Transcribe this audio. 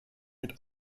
mit